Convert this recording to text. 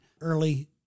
early